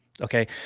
Okay